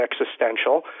existential